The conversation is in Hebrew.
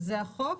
זה החוק.